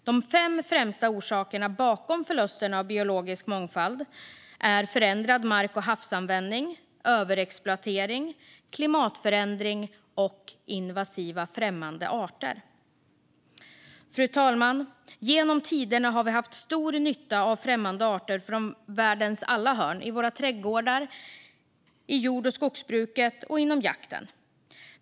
De fem främsta orsakerna bakom förlusterna av biologisk mångfald är förändrad mark och havsanvändning, överexploatering, klimatförändring och invasiva främmande arter. Fru talman! Genom tiderna har vi haft stor nytta av främmande arter från världens alla hörn, i trädgårdar, i jord och skogsbruket och inom jakten.